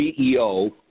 CEO